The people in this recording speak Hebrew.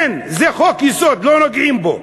אין, זה חוק-יסוד, לא נוגעים בו.